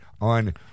on